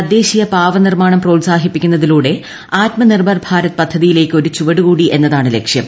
തദ്ദേശീയ പാവ നിർമ്മാണം പ്രോത്സാഹിപ്പിക്കുന്നതിലൂടെ ആത്മനിർഭർ ഭാരത് പദ്ധതിയിലേക്ക് ഒരു ചുവടു കൂടി എന്നതാണ് ലക്ഷ്യം